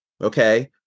okay